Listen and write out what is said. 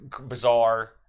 bizarre